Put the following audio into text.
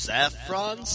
Saffron